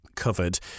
covered